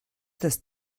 das